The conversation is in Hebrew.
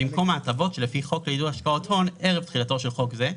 במקום ההטבות שלפי חוק לעידוד השקעות הון ערב תחילתו של חוק זה,